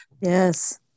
Yes